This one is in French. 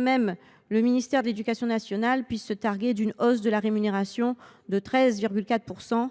même si le ministère de l’éducation nationale se targue d’une hausse de la rémunération de 13,4